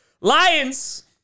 Lions